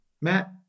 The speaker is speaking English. Matt